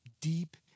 deep